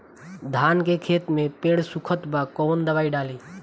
धान के खेतवा मे पेड़ सुखत बा कवन दवाई डाली ओमे?